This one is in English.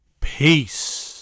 peace